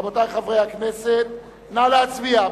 רבותי חברי הכנסת, נא להצביע.